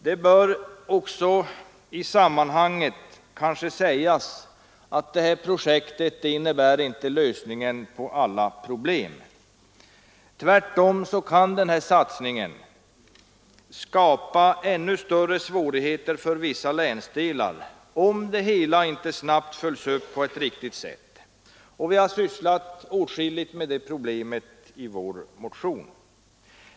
Det bör också i sammanhanget sägas att detta projekt inte innebär lösningen på alla problem. Tvärtom kan denna satsning skapa ännu större svårigheter för vissa länsdelar om det hela inte snabbt följs upp på ett riktigt sätt. Vi har sysslat åtskilligt med det problemet i vår motion.